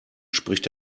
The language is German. spricht